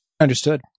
Understood